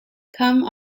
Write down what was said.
come